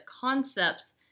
concepts